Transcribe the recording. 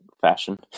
fashion